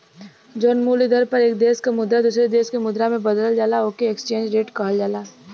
जौन मूल्य दर पर एक देश क मुद्रा दूसरे देश क मुद्रा से बदलल जाला ओके एक्सचेंज रेट कहल जाला